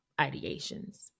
ideations